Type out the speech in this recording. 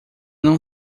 não